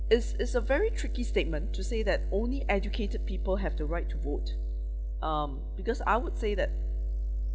it's it's a very tricky statement to say that only educated people have the right to vote um because I would say that